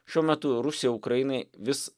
šiuo metu rusija ukrainai vis